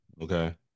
Okay